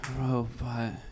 robot